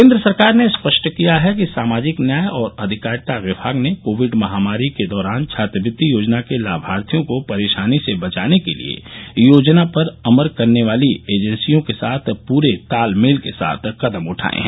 केन्द्र सरकार ने स्पष्ट किया है कि सामाजिक न्याय और अधिकारिता विभाग ने कोविड महामारी के दौरान छात्रवृत्ति योजना के लाभार्थियों को परेशानी से बचाने के लिए योजना पर अमल करने वाली एजेंसियों के साथ प्रे ताल मेल के साथ कदम उठाए हैं